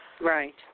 right